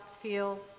feel